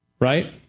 Right